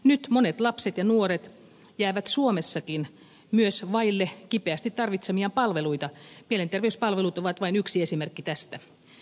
nyt monet lapset ja nuoret jäävät suomessakin myös vaille kipeästi tarvitsemiaan palveluita mielenterveyspalvelut ovat vain yksi esimerkki tästä